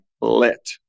lit